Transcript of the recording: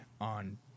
on